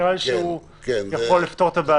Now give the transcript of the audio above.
נראה לי שהוא יכול לפתור את הבעיה.